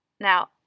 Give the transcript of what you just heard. Now